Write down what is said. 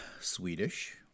Swedish